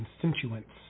constituents